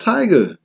Tiger